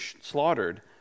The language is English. slaughtered